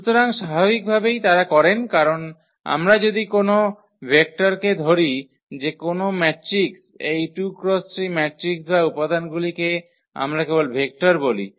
সুতরাং স্বাভাবিকভাবেই তারা করেন কারণ আমরা যদি কোনও ভেক্টরকে ধরি যেকোনো ম্যাট্রিক্স এই 2 × 3 ম্যাট্রিক্স বা উপাদানগুলিকে আমরা কেবল ভেক্টর বলি